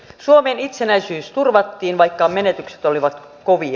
suomen itsenäisyys turvattiin vaikka menetykset olivat kovia